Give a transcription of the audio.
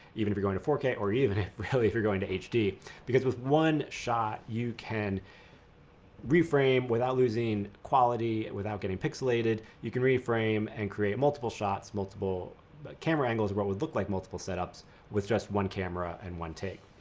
even if you're going to four k or even really if you're going to hd because with one shot you can reframe without losing quality, without getting pixelated. you can reframe and create multiple shots, multiple but camera angles, what would look like multiple setups with just one camera and one take.